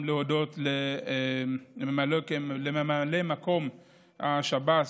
גם להודות לממלא מקום השב"ס,